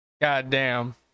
Goddamn